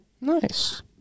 Nice